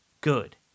good